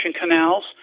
canals